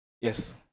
Yes